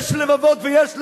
יש לבבות ויש לבבות.